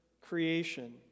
creation